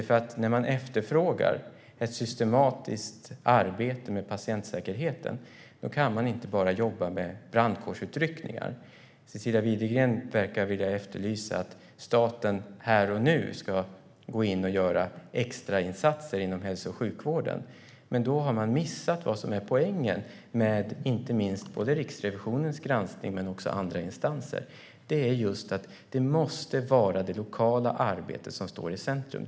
Om man efterfrågar ett systematiskt arbete med patientsäkerheten kan man inte bara jobba med brandkårsutryckningar. Cecilia Widegren verkar vilja att staten här och nu ska gå in och göra extrainsatser inom hälso och sjukvården. Men då har hon missat vad som är poängen med både Riksrevisionens och andra instansers granskning, nämligen att det måste vara det lokala arbetet som står i centrum.